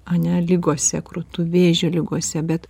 ane ligose krūtų vėžio ligose bet